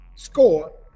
score